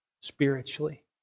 spiritually